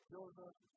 Joseph